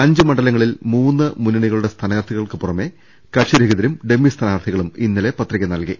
അഞ്ച് മണ്ഡലങ്ങളിൽ മൂന്ന് മുന്നണികളുടെ സ്ഥാനാർത്ഥികൾക്ക് പുറമെ കക്ഷി രഹി തരും ഡമ്മി സ്ഥാനാർത്ഥികളും ഇന്നലെ പത്രിക നൽകി